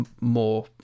more